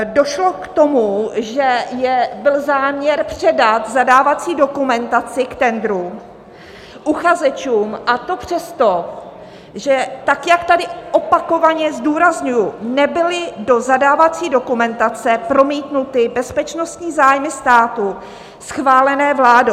Došlo k tomu, že byl záměr předat zadávací dokumentaci k tendru uchazečům, a to přesto, že tak, jak tady opakovaně zdůrazňuji, nebyly do zadávací dokumentace promítnuty bezpečnostní zájmy státu schválené vládou.